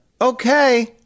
Okay